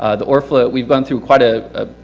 ah the orafaela we've gone through quite a, a,